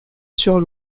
sur